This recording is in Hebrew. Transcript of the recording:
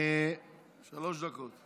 שלוש דקות.